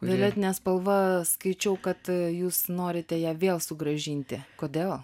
violetine spalva skaičiau kad jūs norite ją vėl sugrąžinti kodėl